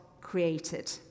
created